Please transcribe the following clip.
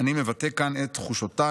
אני מבטא כאן את תחושותיי,